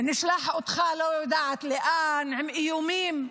"נשלח אותך" לא יודעת לאן, איומים.